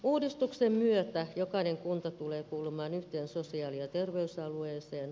uudistuksen myötä jokainen kunta tulee kuulumaan yhteen sosiaali ja terveysalueeseen